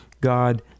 God